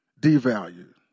devalued